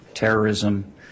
terrorism